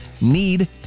need